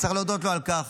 וצריך להודות לו על כך,